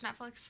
Netflix